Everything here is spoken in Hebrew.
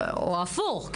או הפוך,